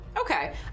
Okay